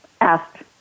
asked